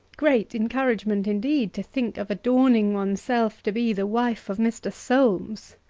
great encouragement, indeed, to think of adorning one's self to be the wife of mr. solmes!